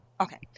okay